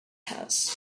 test